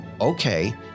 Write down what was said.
Okay